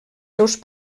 seus